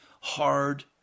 hard